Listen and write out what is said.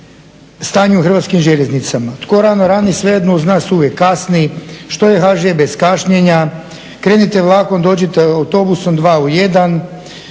Hrvatskim željeznicama